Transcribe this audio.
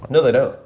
no, they don't.